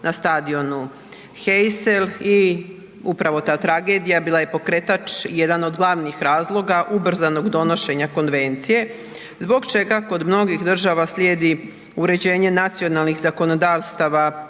na stadionu Heysel i upravo ta tragedija bila je pokretač i jedan od glavnih razloga ubrzanog donošenja konvencije zbog čega kod mnogih država slijedi uređenje nacionalnih zakonodavstava